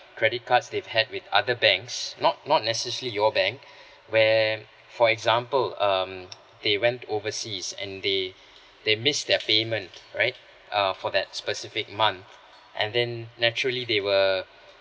credit cards they had with other banks not not necessary your bank where for example um they went overseas and they they miss their payment right uh for that specific month and then naturally they were